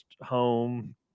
home